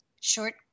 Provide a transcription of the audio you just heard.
short